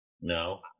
No